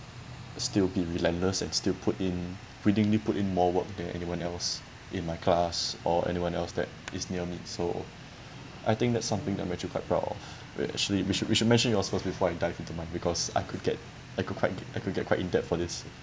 still be relentless and still put in willingly put in more work than anyone else in my class or anyone else that is near me so I think that's something I'm actually quite proud of well actually we should we should mention yours first before I dive into mine because I could get I could quite I could get quite in depth for this